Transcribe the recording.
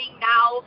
now